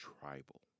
tribal